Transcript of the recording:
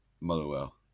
Motherwell